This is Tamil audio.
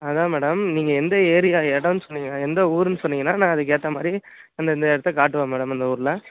அதான் மேடம் நீங்கள் எந்த ஏரியா இடம்னு சொன்னிங்கன்னா எந்த ஊருன்னு சொன்னிங்கனா நான் அதுக்கு ஏற்றா மாதிரி அந்தந்த இடத்த காட்டுவேன் மேடம் அந்த ஊரில்